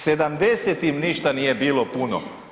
70 im ništa nije bilo puno.